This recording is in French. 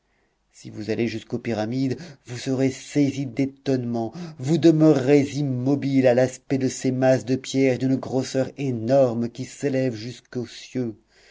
si vous allez jusqu'aux pyramides vous serez saisis d'étonnement vous demeurerez immobiles à l'aspect de ces masses de pierres d'une grosseur énorme qui s'élèvent jusqu'aux cieux